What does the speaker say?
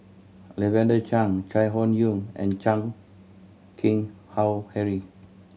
Lavender Chang Chai Hon Yoong and Chan Keng Howe Harry